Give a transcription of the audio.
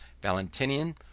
Valentinian